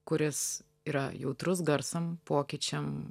kuris yra jautrus garsam pokyčiam